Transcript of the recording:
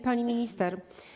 Pani Minister!